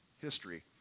history